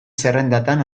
zerrendatan